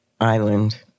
island